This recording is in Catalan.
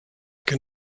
que